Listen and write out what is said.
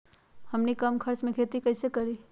हमनी कम खर्च मे खेती कई से करी?